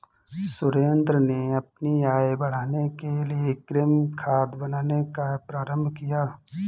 सुरेंद्र ने अपनी आय बढ़ाने के लिए कृमि खाद बनाने का कार्य प्रारंभ किया